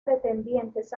pretendientes